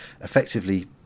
effectively